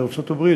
מארצות-הברית,